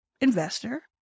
investor